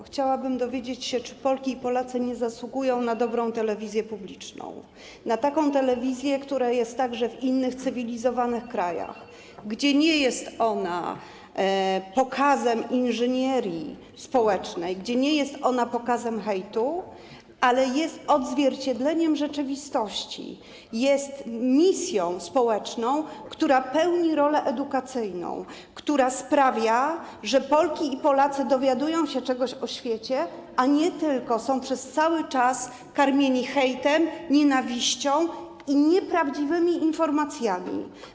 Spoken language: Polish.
Chciałabym dowiedzieć się, czy Polki i Polacy nie zasługują na dobrą telewizję publiczną, na taką telewizję, jaka jest także w innych cywilizowanych krajach, taką, która nie jest pokazem inżynierii społecznej, nie jest pokazem hejtu, ale jest odzwierciedleniem rzeczywistości, pełni misję społeczną, funkcję edukacyjną, sprawia, że Polki i Polacy dowiadują się czegoś o świecie, a nie tylko są przez cały czas karmieni hejtem, nienawiścią, i nieprawdziwymi informacjami.